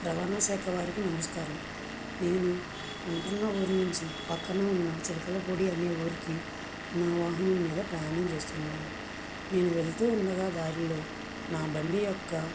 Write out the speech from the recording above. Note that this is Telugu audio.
రవాణా శాఖవారికి నమస్కారం నేను ఉంటున్న ఊరు నుంచి పక్కన ఉన్న చిలకలపూడి అనే ఊరికి నా వాహనం మీద ప్రయాణం చేస్తున్నాను నేను వెళ్తూ ఉండగా దారిలో నా బండి యొక్క